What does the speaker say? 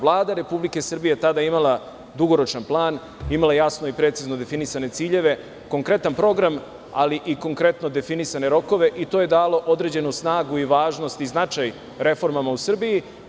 Vlada Republike Srbije je tada imala dugoročan plan, imala je jasno i precizno definisane ciljeve, konkretan program, ali i konkretno definisane rokove i to je dalo određenu snagu, važnost i značaj reformama u Srbiji.